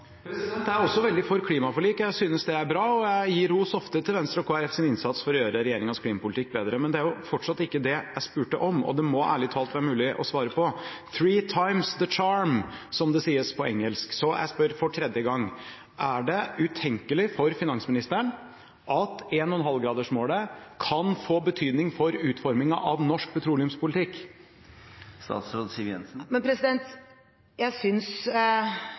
Jeg er også veldig for klimaforlik. Jeg synes det er bra, og jeg gir ros ofte til Venstre og Kristelig Folkepartis innsats for å gjøre regjeringens klimapolitikk bedre. Men det er fortsatt ikke det jeg spurte om, og det må det ærlig talt være mulig å svare på. «Third time’s the charm», som det sies på engelsk, så jeg spør for tredje gang: Er det utenkelig for finansministeren at 1,5-gradersmålet kan få betydning for utformingen av norsk petroleumspolitikk? Jeg synes ikke det går an å svare konkret på det spørsmålet, fordi jeg